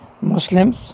Muslims